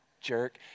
jerk